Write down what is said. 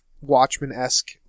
Watchmen-esque